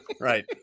Right